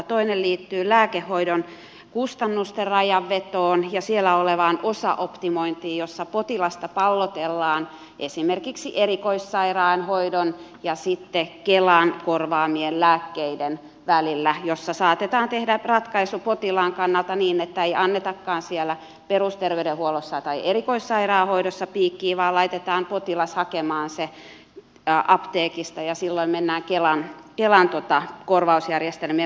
toinen liittyy lääkehoidon kustannusten rajanvetoon ja siellä olevaan osaoptimointiin jossa potilasta pallotellaan esimerkiksi erikoissairaanhoidon ja sitten kelan korvaamien lääkkeiden välillä ja jossa saatetaan tehdä ratkaisu potilaan kannalta niin että ei annetakaan siellä perusterveydenhuollossa tai erikoissairaanhoidossa piikkiä vaan laitetaan potilas hakemaan se apteekista ja silloin mennään kelan korvausjärjestelmien puolelle